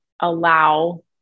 allow